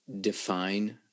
define